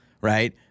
right